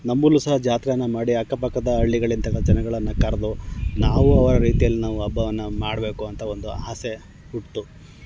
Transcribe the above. ನಮ್ಮಲ್ಲೂ ಸಹ ಜಾತ್ರೇನ ಮಾಡಿ ಅಕ್ಕಪಕ್ಕದ ಹಳ್ಳಿಗಳಿಂದೆಲ್ಲ ಜನಗಳನ್ನು ಕರೆದು ನಾವೂ ಅವರ ರೀತಿಯಲ್ಲಿ ನಾವು ಹಬ್ಬವನ್ನು ಮಾಡಬೇಕು ಅಂತ ಒಂದು ಆಸೆ ಹುಟ್ತು